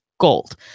Gold